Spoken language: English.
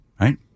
Right